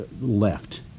left